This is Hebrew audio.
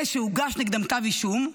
אלה שהוגש נגדם כתב אישום,